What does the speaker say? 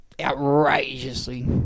Outrageously